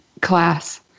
class